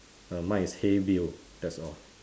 err mine is hey bill that's all